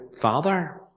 father